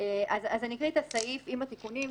אני אקרא את הסעיף עם התיקונים.